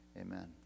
amen